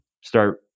start